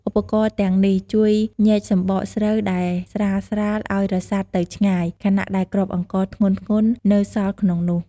ឧបករណ៍ទាំងនេះជួយញែកសម្បកស្រូវដែលស្រាលៗឱ្យរសាត់ទៅឆ្ងាយ ខណៈដែលគ្រាប់អង្ករធ្ងន់ៗនៅសល់ក្នុងនោះ។